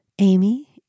Amy